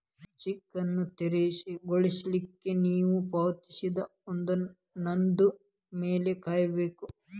check ಅನ್ನು ತೆರವುಗೊಳಿಸ್ಲಿಕ್ಕೆ ನೇವು ಪಾವತಿಸಿದ ಒಂದಿನದ್ ಮ್ಯಾಲೆ ಕಾಯಬೇಕು